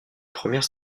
première